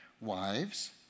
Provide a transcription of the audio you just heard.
Wives